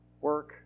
work